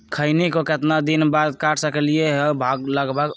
खैनी को कितना दिन बाद काट सकलिये है लगभग?